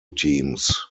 teams